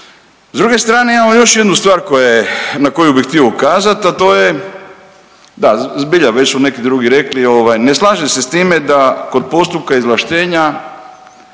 S druge strane imamo još jednu stvar koja je na koju bi htio ukazat, a to je da zbilja već su neki drugi rekli, ne slažem se s time da kod postupka izvlaštenja